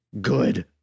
good